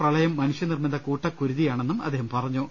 പ്രളയം മനുഷ്യ നിർമ്മിത കൂട്ടക്കുരുതിയാ ണെന്നും അദ്ദേഹം പറഞ്ഞു